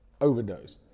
overdose